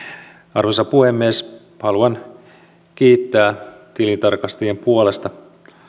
arvoisa puhemies haluan kiittää tilintarkastajien puolesta